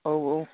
औ औ